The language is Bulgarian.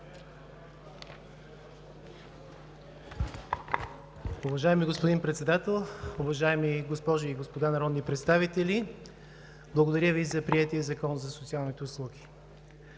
Уважаеми господин Председател, уважаеми госпожи и господа народни представители! Благодаря Ви за приетия Закон за социалните услуги.